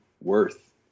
Worth